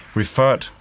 referred